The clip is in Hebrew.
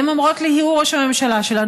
הן אומרות לי: הוא ראש הממשלה שלנו,